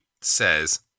says